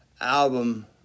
album